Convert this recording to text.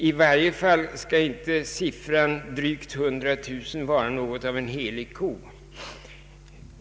I varje fall skall inte siffran drygt 100 000 vara något av en helig ko.